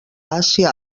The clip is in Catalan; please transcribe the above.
àsia